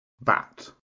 Bat